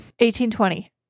1820